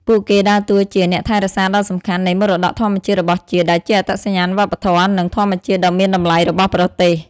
ពួកគេដើរតួជា អ្នកថែរក្សាដ៏សំខាន់ នៃមរតកធម្មជាតិរបស់ជាតិ ដែលជាអត្តសញ្ញាណវប្បធម៌ និងធម្មជាតិដ៏មានតម្លៃរបស់ប្រទេស។